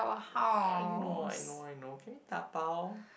I know I know I know can we dabao